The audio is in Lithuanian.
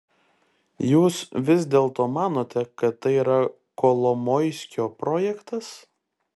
jūs vis dėlto manote kad tai yra kolomoiskio projektas